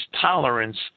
tolerance